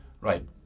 right